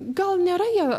gal nėra jie